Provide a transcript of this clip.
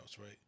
right